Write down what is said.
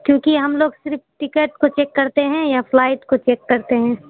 کیونکہ ہم لوگ صرف ٹکٹ کو چیک کرتے ہیں یا فلائٹ کو چیک کرتے ہیں